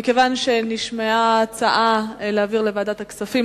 מכיוון שנשמעה הצעה להעביר לוועדת הכספים,